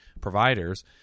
providers